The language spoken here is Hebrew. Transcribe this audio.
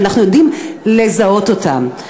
זה תלמידים שאנחנו יודעים לזהות אותם.